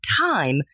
time